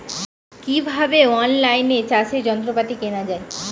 কিভাবে অন লাইনে চাষের যন্ত্রপাতি কেনা য়ায়?